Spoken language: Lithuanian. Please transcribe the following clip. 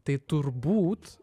tai turbūt